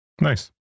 Nice